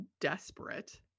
desperate